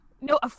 no